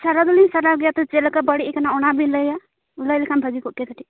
ᱥᱟᱨᱟᱣ ᱫᱚᱞᱤᱧ ᱥᱟᱨᱟᱣ ᱜᱮᱭᱟ ᱛᱚ ᱪᱮᱫ ᱞᱮᱠᱟ ᱵᱟᱹᱲᱤᱡ ᱟᱠᱟᱱᱟ ᱚᱱᱟ ᱵᱤᱱ ᱞᱟᱹᱭᱟ ᱞᱟᱹᱭ ᱞᱮᱠᱷᱟᱱ ᱵᱷᱟᱹᱜᱤ ᱠᱚᱜᱼᱟ ᱠᱟᱹᱴᱤᱡ